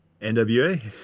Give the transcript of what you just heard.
nwa